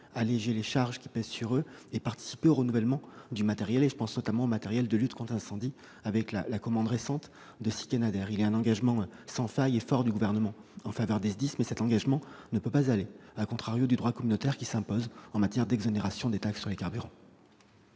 alléger les charges qui pèsent sur eux et participer au renouvellement du matériel- je pense notamment au matériel de lutte contre l'incendie, avec la commande récente de six Canadair. Il y a un engagement fort, sans faille, du Gouvernement en faveur des SDIS, mais cet engagement ne peut pas aller à l'encontre du droit communautaire qui s'impose en matière d'exonération des taxes sur les carburants.